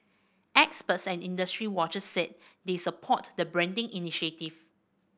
experts and industry watchers said they support the branding initiative